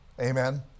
Amen